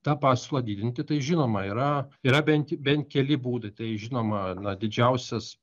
tą pasiūlą didinti tai žinoma yra yra bent bent keli būdai tai žinoma na didžiausias